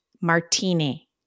martini